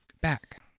back